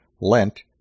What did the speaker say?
lent